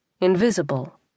invisible